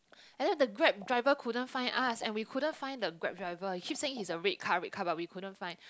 and then the Grab driver couldn't find us and we couldn't find the Grab driver he keep saying he's a red card red car but we couldn't find